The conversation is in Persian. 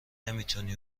نمیتونی